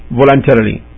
voluntarily